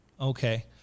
Okay